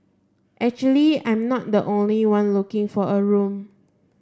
actually I'm not the only one looking for a room